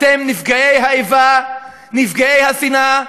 אתם, נפגעי האיבה, נפגעי השנאה,